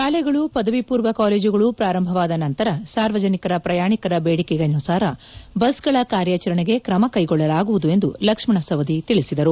ಶಾಲೆಗಳು ಪದವಿ ಪೂರ್ವ ಕಾಲೇಜುಗಳು ಪ್ರಾರಂಭವಾದ ನಂತರ ಸಾರ್ವಜನಿಕ ಪ್ರಯಾಣಿಕರ ಬೇಡಿಕೆಯನುಸಾರ ಬಸ್ಗಳ ಕಾರ್ಯಾಚರಣೆಗೆ ಕ್ರಮ ಕೈಗೊಳ್ಳಲಾಗುವುದು ಎಂದು ಲಕ್ಷ್ಮಣ ಸವದಿ ತಿಳಿಸಿದರು